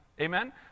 amen